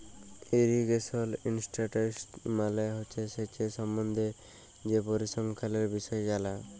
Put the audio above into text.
irrigation statistics মালে হছে সেঁচের সম্বল্ধে যে পরিসংখ্যালের বিষয় জালা